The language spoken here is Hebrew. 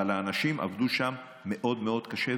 אבל האנשים עבדו שם מאוד מאוד קשה,